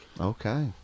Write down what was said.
Okay